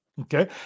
Okay